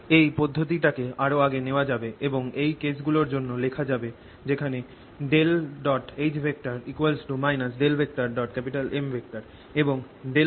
এই পদ্ধতি টাকে আরও আগে নেওয়া যাবে এবং এই কেস গুলোর জন্য লেখা যাবে যেখানে H M এবং H0